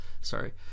sorry